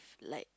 like